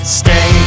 stay